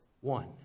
one